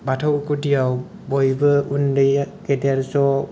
बाथौ गुदियाव बयबो उन्दै गेदेर ज'